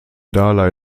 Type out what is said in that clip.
dalai